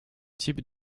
type